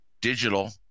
digital